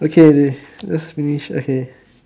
okay these just finish okay